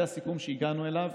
זה הסיכום שהגענו אליו,